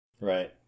Right